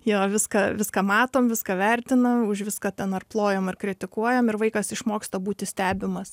jo viską viską matom viską vertinam už viską ten ar plojam ar kritikuojam vaikas išmoksta būti stebimas ane ir tas labai